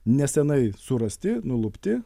neseniai surasti nulupti